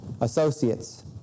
associates